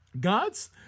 gods